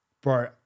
bro